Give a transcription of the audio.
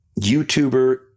YouTuber